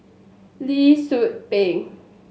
Lee Tzu Pheng